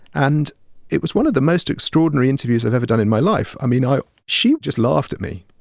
and it was one of the most extraordinary interviews i've ever done in my life. i mean, i she just laughed at me.